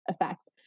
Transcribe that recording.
effects